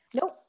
Nope